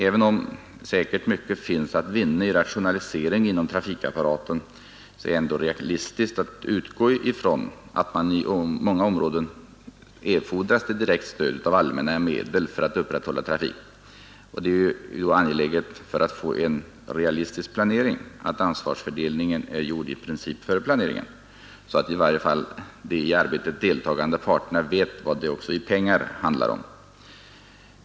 Även om säkert mycket finns att vinna i rationalisering inom trafikapparaten, är det ändock realistiskt att utgå från att det på många områden erfordras direkt stöd av allmänna medel för att upprätthålla trafik. Det är då angeläget för att få en realistisk planering att ansvarsfördelningen är gjord i princip före planeringen, så att i varje fall de i arbetet deltagande parterna vet vad det i pengar handlar om.